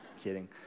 kidding